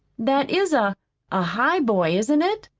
that is a a highboy, isn't it?